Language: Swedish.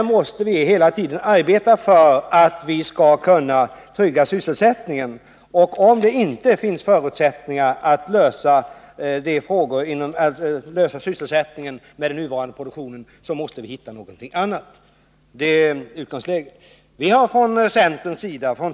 Vi måste hela tiden arbeta för att trygga ningen, och om det inte finns förutsättningar för att lösa sysselsättningspro blemen med den nuvarande produktionen, måste vi hitta någonting annat. Detta är utgångsläget.